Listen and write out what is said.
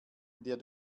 der